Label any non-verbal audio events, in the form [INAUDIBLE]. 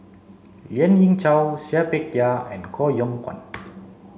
Lien Ying Chow Seah Peck Seah and Koh Yong Guan [NOISE]